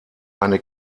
eine